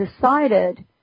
decided